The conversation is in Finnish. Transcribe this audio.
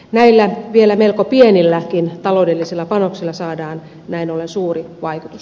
näillä vielä melko pienilläkin taloudellisilla panoksilla saadaan näin ollen suuri vaikutus